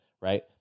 Right